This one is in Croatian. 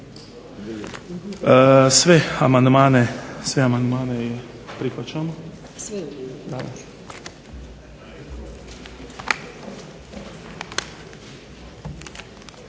Sve amandmane prihvaćamo.